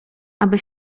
aby